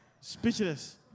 speechless